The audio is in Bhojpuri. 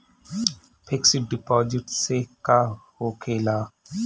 फिक्स डिपाँजिट से का होखे ला?